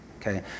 Okay